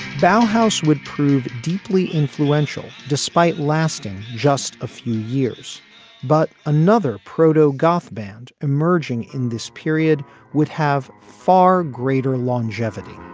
bough house would prove deeply influential despite lasting just a few years but another proto goth band emerging in this period would have far greater longevity